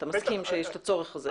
אתה בטח מסכים שיש את הצורך הזה.